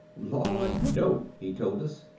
lord, no, he told us.